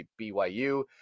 BYU